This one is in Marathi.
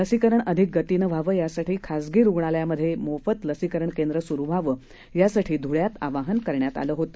लसीकरण अधिक गतीने व्हावे यासाठी खाजगी हॉस्पिटल मध्ये मोफत लसीकरण केंद्र सुरू व्हावे यासाठी धुळ्यात आवाहन करण्यात आलेले होते